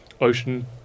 ocean